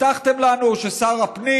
הבטחתם ששר הפנים,